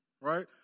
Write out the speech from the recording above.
Right